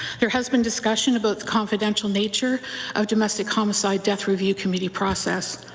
there has been discussion about confidential nature of domestic homicide death review committee process.